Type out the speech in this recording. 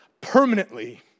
permanently